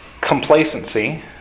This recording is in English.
Complacency